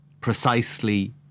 precisely